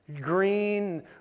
green